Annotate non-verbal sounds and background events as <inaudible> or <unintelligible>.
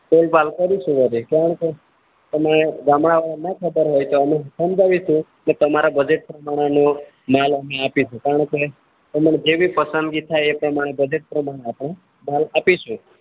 <unintelligible> સમજાવીશું ને ન ખબર હોય તો સમજાવીશું ને તમારા બજેટ પ્રમાણે માલ અમે આપીશું કારણકે તમારી જેવી પસંદગી થાય એ પ્રમાણે બજેટ આપણે માલ આપીશું